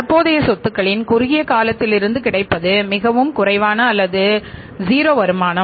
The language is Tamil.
தற்போதைய சொத்துகளின் குறுகிய காலத்திலிருந்து கிடைப்பது மிகவும் குறைவான அல்லது 0 வருமானம்